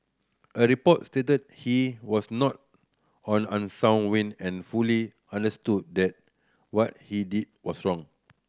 a report stated he was not on unsound wind and fully understood that what he did was wrong